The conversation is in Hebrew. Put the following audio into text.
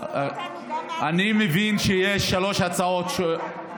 הנחו אותנו, אני מבין שיש שלוש הצעות שונות.